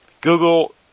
Google